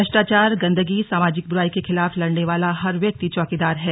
भ्रष्टाचार गंदगी सामाजिक बुराई के खिलाफ लड़ने वाला हर व्यक्ति चौकीदार है